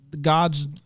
God's